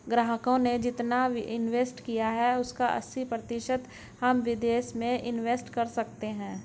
ग्राहकों ने जितना इंवेस्ट किया है उसका अस्सी प्रतिशत हम विदेश में इंवेस्ट कर सकते हैं